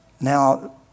Now